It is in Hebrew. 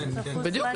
זה